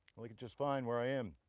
like it just fine where i am,